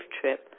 trip